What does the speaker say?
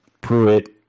pruitt